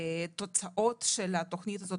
התוצאות של התוכנית הזאת,